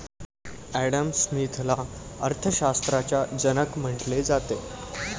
Adam स्मिथला अर्थ शास्त्राचा जनक म्हटले जाते